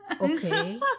okay